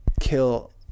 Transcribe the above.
kill